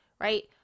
Right